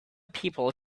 people